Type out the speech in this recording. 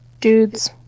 dudes